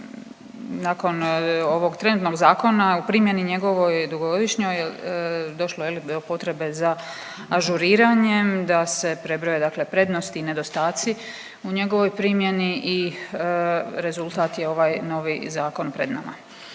nakon ovog trenutnog zakona u primjeni njegovoj dugogodišnjoj došlo je je li do potrebe za ažuriranjem da se prebroje dakle prednosti i nedostaci u njegovoj primjeni i rezultat je ovaj novi zakon pred nama.